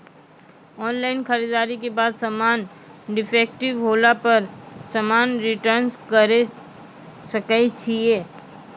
Online खरीददारी के बाद समान डिफेक्टिव होला पर समान रिटर्न्स करे सकय छियै?